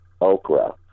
okra